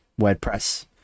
wordpress